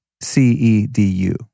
C-E-D-U